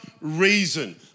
reason